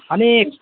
अनि